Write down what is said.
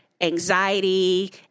anxiety